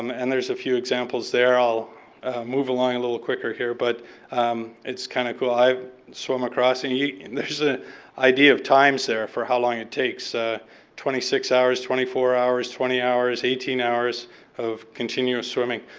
um and there's a few examples there. i'll move along a little quicker here. but it's kind of cool. i swim across. and and ah idea of times there for how long it takes. ah twenty six hours, twenty four hours. twenty hours. eighteen hours of continuous swimming.